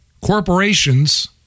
corporations